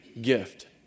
gift